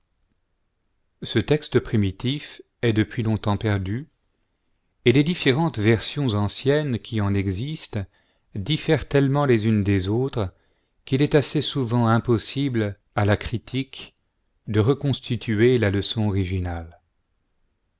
ce texte primitif est depuis longtemps perdu et les différentes versions anciennes qui en existent diffèrent tellement les unes des autres qu'il est assez souvent impossible à la critique de reconstituer la leçon originale